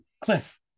Cliff